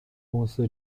公司